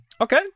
okay